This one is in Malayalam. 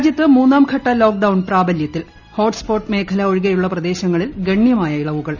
രാജ്യത്ത് മൂന്നാംഘട്ട ലോക്ഡൌൺ പ്പാബലൃത്തിൽ ഹോട്ട്സ്പോട്ട് മേഖല ഒഴിക്ടെയുള്ള പ്രദേശങ്ങളിൽ ഗണ്യമായ ഇളവുകൾ